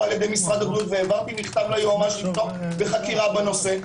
על-ידי משרד הבריאות והעברתי מכתב ליועמ"ש לפתוח בחקירה בנושא,